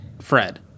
Fred